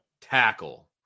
tackle